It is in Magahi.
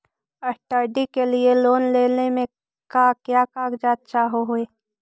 स्टडी के लिये लोन लेने मे का क्या कागजात चहोये?